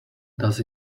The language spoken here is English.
does